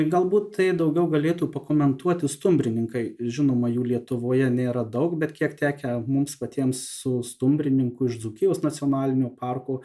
galbūt tai daugiau galėtų pakomentuoti stumbrininkai žinoma jų lietuvoje nėra daug bet kiek teke mums patiems su stumbrininku iš dzūkijos nacionalinio parko